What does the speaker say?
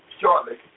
shortly